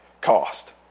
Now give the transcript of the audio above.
cost